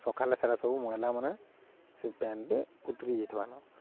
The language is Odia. ସକାଳେ ସେଇଟା ସବୁ ମଇଳାମାନେ ସେ ପ୍ୟାଣ୍ଟଟେ ବତୁରି ଯାଇଥିବାନ